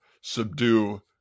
subdue